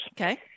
Okay